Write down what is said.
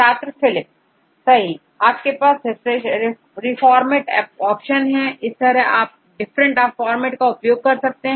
छात्रPhylip सही तो आपके पास रिफॉर्मेट ऑप्शन है इस तरह आप डिफरेंट फॉर्मेट का उपयोग कर सकते हैं